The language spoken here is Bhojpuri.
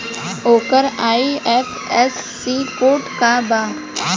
ओकर आई.एफ.एस.सी कोड का बा?